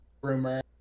Rumor